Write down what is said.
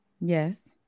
Yes